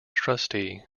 trustee